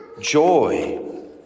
joy